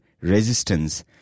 resistance